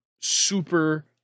super